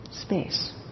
space